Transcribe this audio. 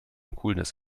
coolness